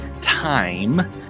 time